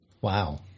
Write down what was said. Wow